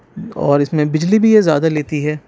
اور اِس میں بجلی بھی یہ زیادہ لیتی ہے